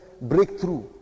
breakthrough